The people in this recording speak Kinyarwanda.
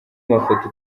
mafoto